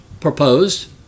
proposed